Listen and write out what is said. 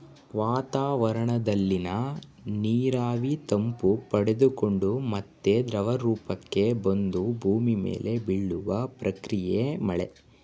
ವಾತಾವರಣದಲ್ಲಿನ ನೀರಾವಿ ತಂಪು ಪಡೆದುಕೊಂಡು ಮತ್ತೆ ದ್ರವರೂಪಕ್ಕೆ ಬಂದು ಭೂಮಿ ಮೇಲೆ ಬೀಳುವ ಪ್ರಕ್ರಿಯೆಯೇ ಮಳೆ